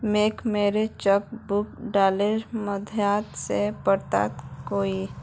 मोक मोर cheque book डाकेर माध्यम से प्राप्त होइए